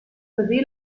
così